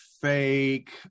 fake